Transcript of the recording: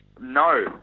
No